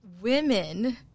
women